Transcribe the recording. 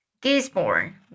Gisborne